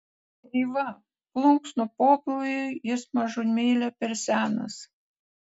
eiva plunksnų pobūviui jis mažumėlę per senas